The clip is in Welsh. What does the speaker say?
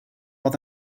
oedd